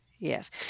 Yes